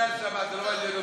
ביתנו.